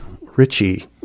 Richie